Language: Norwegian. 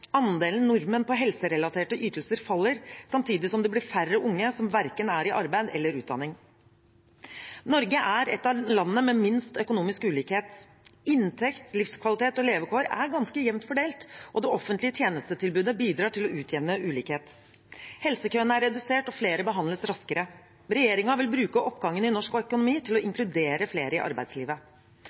Andelen nordmenn på helserelaterte ytelser faller, samtidig som det blir færre unge som verken er i arbeid eller utdanning. Norge er et av landene med minst økonomisk ulikhet. Inntekt, livskvalitet og levekår er ganske jevnt fordelt, og det offentlige tjenestetilbudet bidrar til å utjevne ulikhet. Helsekøene er redusert, og flere behandles raskere. Regjeringen vil bruke oppgangen i norsk økonomi til å inkludere flere i arbeidslivet.